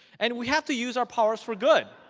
and we have to use our powers for good.